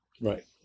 Right